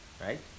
Right